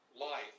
life